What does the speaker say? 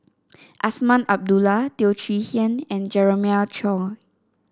Azman Abdullah Teo Chee Hean and Jeremiah Choy